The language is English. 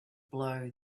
blow